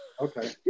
Okay